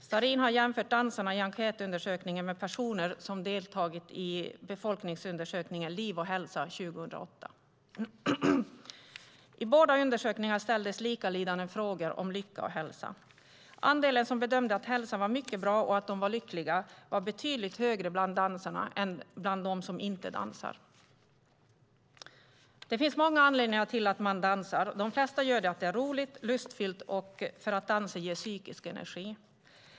Starrin har jämfört dansarna i enkätundersökningen med personer som deltagit i befolkningsundersökningen Liv & Hälsa 2008 . I båda undersökningarna ställdes likalydande frågor om lycka och hälsa. Andelen som bedömde att hälsan var mycket bra och att de var lyckliga var betydligt högre bland dansarna än bland dem som inte dansar. Det finns många anledningar till att man dansar. De flesta gör det för att det är roligt, lustfyllt och för att dansen ger psykisk energi.